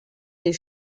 les